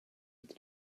with